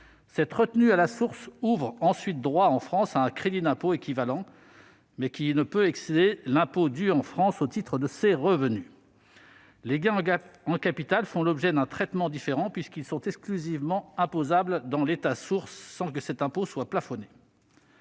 Cette retenue à la source ouvre droit, en France, à un crédit d'impôt équivalent, qui ne peut excéder l'impôt dû en France au titre de ces revenus. Les gains en capital, quant à eux, font l'objet d'un traitement différent, puisqu'ils sont exclusivement imposables dans l'État source, sans que cet impôt soit plafonné.